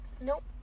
Nope